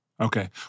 Okay